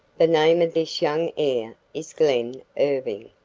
the name of this young heir is glen irving.